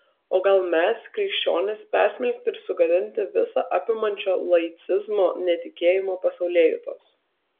o gal mes krikščionys persmelkti ir sugadinti visa apimančio laicizmo netikėjimo pasaulėjautos